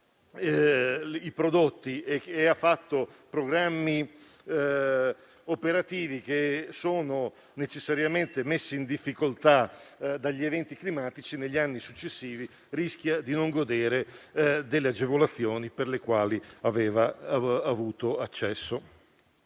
i prodotti e ha fatto programmi operativi, necessariamente messi in difficoltà dagli eventi climatici negli anni successivi, rischia di non godere delle agevolazioni alle quali aveva avuto accesso.